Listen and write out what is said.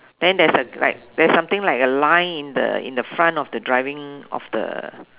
then there's a like there's something like a line in the in the front of the driving of the